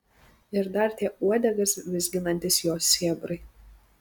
ir dar tie uodegas vizginantys jo sėbrai